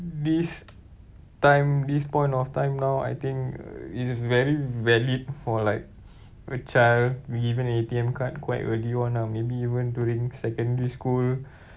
this time this point of time now I think it's very valid for like a child to be given A_T_M card quite early on ah maybe even during secondary school